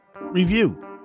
review